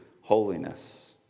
holiness